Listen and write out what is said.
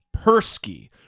Persky